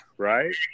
Right